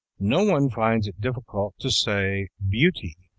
no one finds it difficult to say beauty,